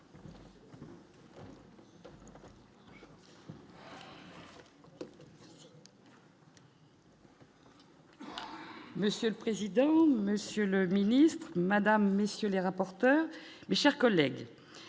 Monsieur le président, Monsieur le Ministre Madame messieurs les rapporteurs mais, chers collègues,